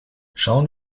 schauen